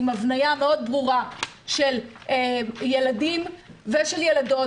עם הבניה מאוד ברורה של ילדים ושל ילדות,